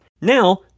Now